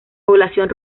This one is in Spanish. población